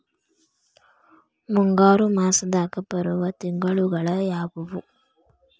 ಮುಂಗಾರು ಮಾಸದಾಗ ಬರುವ ತಿಂಗಳುಗಳ ಯಾವವು?